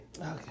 Okay